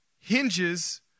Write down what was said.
hinges